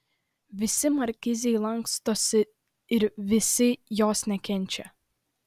visi markizei lankstosi ir visi jos nekenčia